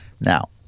Now